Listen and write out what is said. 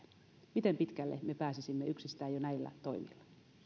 miten pitkälle me pääsisimme yksistään jo näillä toimilla